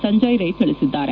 ಸಂಜಯ್ ರೈ ತಿಳಿಸಿದ್ದಾರೆ